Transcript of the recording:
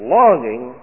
longing